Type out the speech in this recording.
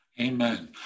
Amen